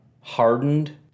hardened